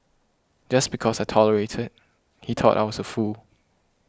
just because I tolerated he thought I was a fool